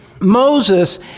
Moses